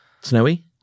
snowy